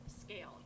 scale